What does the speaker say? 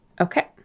Okay